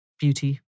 Beauty